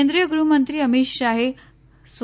કેન્દ્રીય ગૃહમંત્રી અમિત શાહે સ્વ